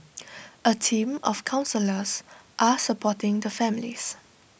A team of counsellors are supporting the families